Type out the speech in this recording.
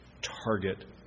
target